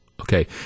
okay